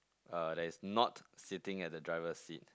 uh that is not sitting at the driver seat